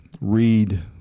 read